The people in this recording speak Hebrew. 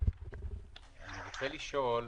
אני רוצה לשאול.